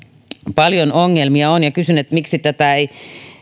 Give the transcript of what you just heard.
paljon ongelmia ja kysyn miksi ei